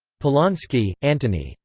polonsky, antony.